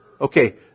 Okay